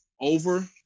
over